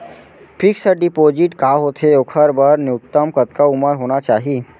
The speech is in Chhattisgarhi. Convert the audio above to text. फिक्स डिपोजिट का होथे ओखर बर न्यूनतम कतका उमर होना चाहि?